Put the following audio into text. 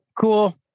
Cool